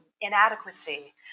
inadequacy